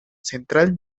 central